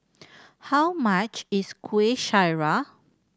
how much is Kuih Syara